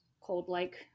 cold-like